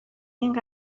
این